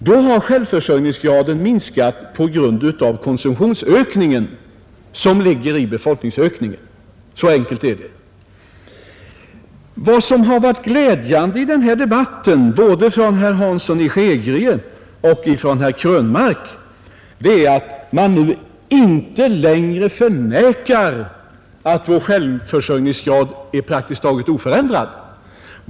Då har självförsörjningsgraden minskat på grund av konsumtionsökningen som i sin tur beror på befolkningsökningen. Så enkelt är det. Vad som har varit det glädjande i denna debatt beträffande både herr Hansson i Skegrie och herr Krönmark är att de nu inte längre förnekar att vår självförsörjningsgrad är praktiskt taget oförändrad.